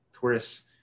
tourists